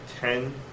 ten